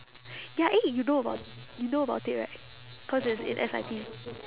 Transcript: ya eh you know about you know about it right cause it's in S_I_T